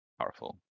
powerful